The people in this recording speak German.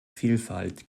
vielfalt